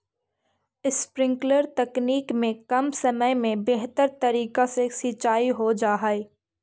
sprinkler तकनीक में कम समय में बेहतर तरीका से सींचाई हो जा हइ